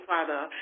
Father